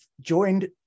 joined